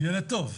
ילד טוב.